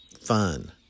fun